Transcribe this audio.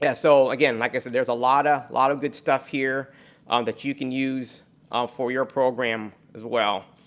yeah so again, like and there's a lot of lot of good stuff here um that you can use ah for your program as well.